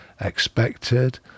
expected